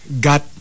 got